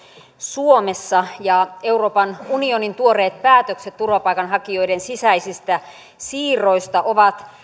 suomessa ja euroopan unionin tuoreet päätökset turvapaikanhakijoiden sisäisistä siirroista ovat